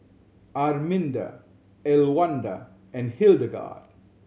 Arminda Elwanda and Hildegarde